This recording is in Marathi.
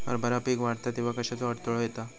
हरभरा पीक वाढता तेव्हा कश्याचो अडथलो येता?